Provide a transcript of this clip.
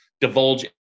divulge